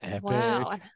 Wow